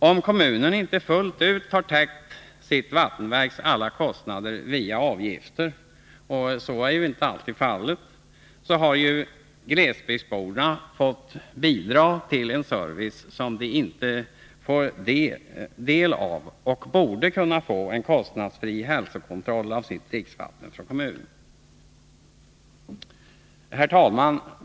Om kommunen inte helt har täckt sitt vattenverks alla kostnader via avgifterna — och så är inte alltid fallet — har glesbygdsborna fått bidra till en service som de inte fått del av och borde kunna få en kostnadsfri hälsokontroll av sitt dricksvatten från kommunen. Herr talman!